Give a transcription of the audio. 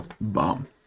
bomb